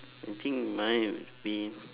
I think mine would be